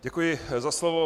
Děkuji za slovo.